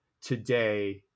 today